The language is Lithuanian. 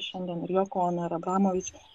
šiandien ir joko ono abramovičių